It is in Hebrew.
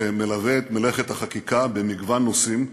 שמלווה את מלאכת החקיקה במגוון נושאים,